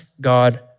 God